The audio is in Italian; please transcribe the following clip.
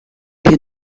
più